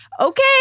Okay